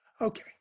Okay